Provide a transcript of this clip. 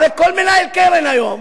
הרי כל מנהל קרן היום